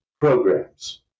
programs